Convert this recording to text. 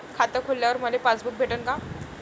खातं खोलल्यावर मले पासबुक भेटन का?